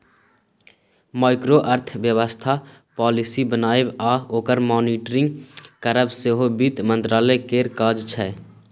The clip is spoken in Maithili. माइक्रो अर्थबेबस्था पालिसी बनाएब आ ओकर मॉनिटरिंग करब सेहो बित्त मंत्रालय केर काज छै